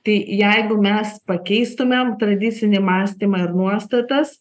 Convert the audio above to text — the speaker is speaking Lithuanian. tai jeigu mes pakeistumem tradicinį mąstymą ir nuostatas